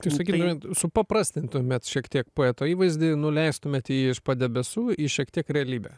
tai sakytumėt supaprastintumėt šiek tiek poeto įvaizdį nuleistumėt jį iš padebesių į šiek tiek realybę